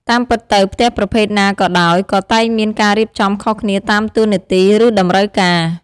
តាមពិតទៅផ្ទះប្រភេទ ណាក៏ដោយ ក៏តែងមានការរៀបចំខុសគ្នាតាមតួនាទី ឬតម្រូវការ។